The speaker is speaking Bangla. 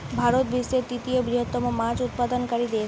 ভারত বিশ্বের তৃতীয় বৃহত্তম মাছ উৎপাদনকারী দেশ